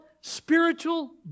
spiritual